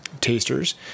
tasters